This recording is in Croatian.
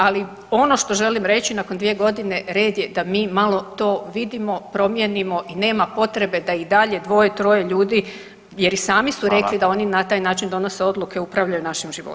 Ali ono što želim reći nakon dvije godine red je da mi malo to vidimo, promijenimo i nema potrebe da i dalje dvoje, troje ljudi jer i sami su rekli [[Upadica Radin: Hvala.]] na taj način donose odluke, upravljaju našim životima.